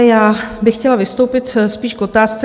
Já bych chtěla vystoupit spíš k otázce...